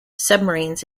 submarines